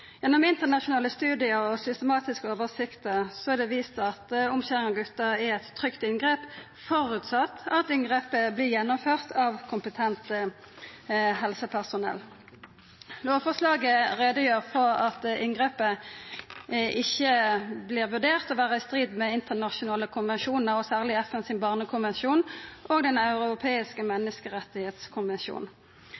Gjennom internasjonale studiar og systematiske oversikter er det vist at omskjering av gutar er eit trygt inngrep så framt inngrepet vert gjennomført av kompetent helsepersonell. Lovforslaget gjer greie for at inngrepet ikkje vert vurdert å vera i strid med internasjonale konvensjonar, særleg FNs barnekonvensjon og Den